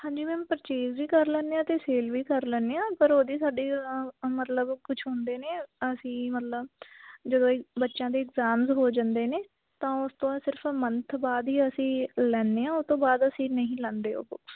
ਹਾਂਜੀ ma'am purchase ਵੀ ਕਰ ਲੈਂਦੇ ਹਾਂ ਅਤੇ ਸੇਲ ਵੀ ਕਰ ਲੈਂਦੇ ਹਾਂ ਪਰ ਉਹਦੀ ਸਾਡੀ ਮਤਲਬ ਕੁਝ ਹੁੰਦੇ ਨੇ ਅਸੀਂ ਮਤਲਬ ਜਦੋਂ ਇਹ ਬੱਚਿਆਂ ਦੇ ਇਗਜਾਮਜ਼ ਹੋ ਜਾਂਦੇ ਨੇ ਤਾਂ ਉਸ ਤੋਂ ਬਾਅਦ ਸਿਰਫ ਮੰਨਥ ਬਾਅਦ ਹੀ ਅਸੀਂ ਲੈਂਦੇ ਹਾਂ ਉਹ ਤੋਂ ਬਾਅਦ ਅਸੀਂ ਨਹੀਂ ਲੈਂਦੇ ਉਹ ਬੁੱਕਸ